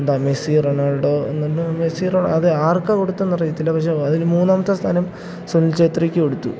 എന്താ Messi Ronaldo എന്നും Messi റൊണ അത് ആർക്കാണ് കൊടുത്തതെന്നറിയത്തില്ല പക്ഷെ അതില് മൂന്നാമത്തെ സ്ഥാനം സുനിൽ ഛേത്രക്ക് കൊടുത്തു